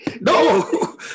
No